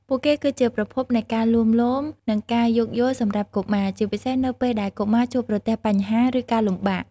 ពួកគេគឺជាប្រភពនៃការលួងលោម និងការយោគយល់សម្រាប់កុមារ ជាពិសេសនៅពេលដែលកុមារជួបប្រទះបញ្ហា ឬការលំបាក។